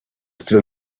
still